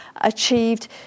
achieved